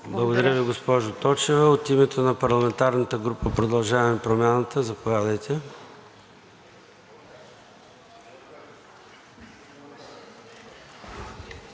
Благодаря Ви, госпожо Георгиева. От името на парламентарната група на „Продължаваме Промяната“, заповядайте.